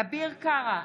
אביר קארה,